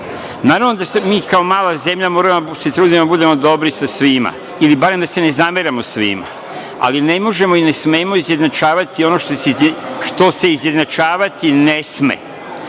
silama. Naravno da mi kao mala zemlja moramo da se trudimo da budemo dobri sa svima ili barem da se ne zameramo svima, ali ne možemo i ne smemo izjednačavati ono što se izjednačavati ne